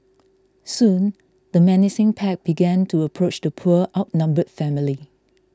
soon the menacing pack began to approach the poor outnumbered family